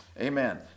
Amen